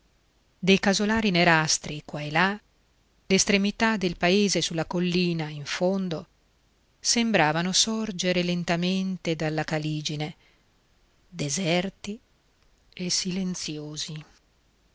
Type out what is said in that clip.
dei casolari nerastri qua e là l'estremità del paese sulla collina in fondo sembravano sorgere lentamente dalla caligine deserti e silenziosi